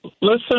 Listen